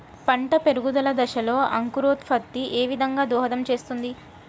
పంట పెరుగుదల దశలో అంకురోత్ఫత్తి ఏ విధంగా దోహదం చేస్తుంది?